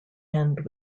end